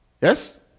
Yes